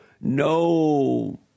no